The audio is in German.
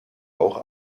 auch